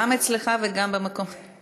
גם אצלך וגם במקום שלו?